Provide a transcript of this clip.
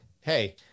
hey